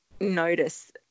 notice